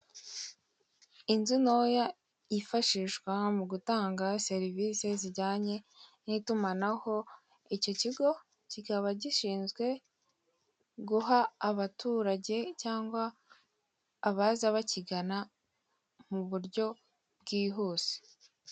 Inzu ntoya yifashishwa mu gutanga serivisi zijyanye n'itumanaho, iki kigo kikaba gishinzwe guha abaturage cyangwa abaza bakigana mu buryo bwihuse.